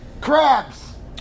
Crabs